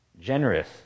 Generous